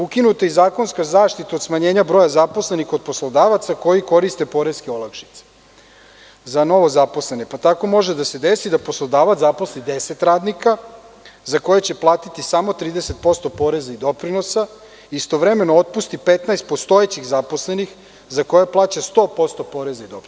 Ukinuta je i zakonska zaštita od smanjenja broja zaposlenih kod poslodavaca koji koriste poreske olakšice za novozaposlene, pa tako može da se desi da poslodavac zaposli 10 radnika za koje će platiti samo 30% poreza i doprinosa, a istovremeno otpusti 15 postojećih zaposlenih, za koje plaća 100% poreza i doprinosa.